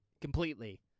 completely